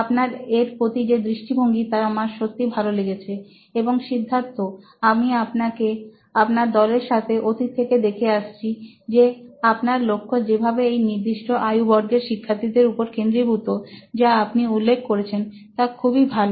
আপনার এর প্রতি যে দৃষ্টিভঙ্গি তা আমার সত্যিই ভালো লেগেছে এবং সিদ্ধার্থ আমি আপনাকে আপনার দলের সাথে অতীত থেকে দেখে আসছি যে আপনার লক্ষ্য যেভাবে এই নির্দিষ্ট আয়ু বর্গের শিক্ষার্থীদের উপর কেন্দ্রীভূত যা আপনি উল্লেখ করেছেন তা খুবই ভালো